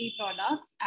products